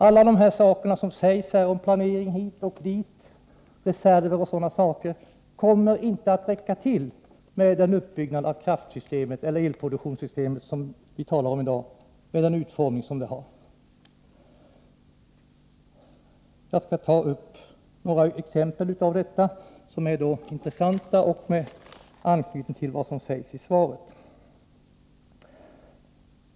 Trots allt det som sägs om planering hit och dit, reserver och sådana saker, kommer det inte att räcka till, med den uppbyggnad och utformning av elproduktionssystemet som vi talar om i dag. Jag skall ta upp några exempel som är intressanta och som har anknytning till vad som sägs i svaret.